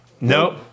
Nope